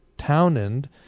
Townend